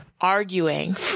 arguing